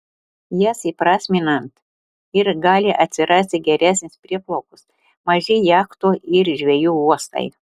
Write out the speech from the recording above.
jas įprasminant ir gali atsirasti geresnės prieplaukos maži jachtų ir žvejų uostai